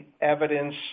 evidence